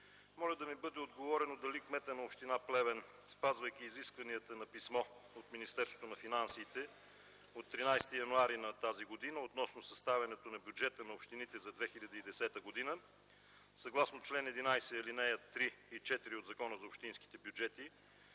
моля да ми бъде отговорено дали кметът на община Плевен, спазвайки изискванията на писмо от Министерството на финансите от 13 януари т.г. относно съставянето на бюджета на общините за 2010 г. съгласно чл. 11, алинеи 3 и 4 от Закона за общинските бюджети,